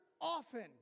often